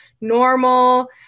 normal